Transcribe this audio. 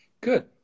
Good